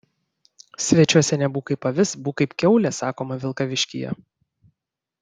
svečiuose nebūk kaip avis būk kaip kiaulė sakoma vilkaviškyje